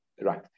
right